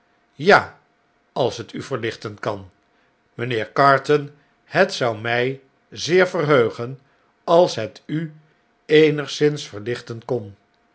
ja als het u verlichten kan mijnheer carton het zou mjj zeer verheugen als het u eenigszins verlichten kon